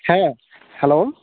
ᱦᱮᱸ ᱦᱮᱞᱳ